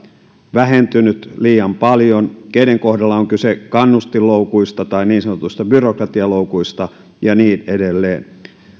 vähentynyt liian paljon keiden kohdalla on kyse kannustinloukuista tai niin sanotuista byrokratialoukuista ja niin edelleen